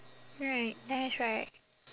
right nice right